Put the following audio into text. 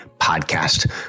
podcast